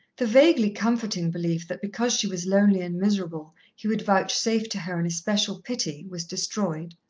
the vaguely comforting belief that because she was lonely and miserable, he would vouchsafe to her an especial pity, was destroyed.